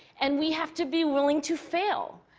and we have to be willing to fail,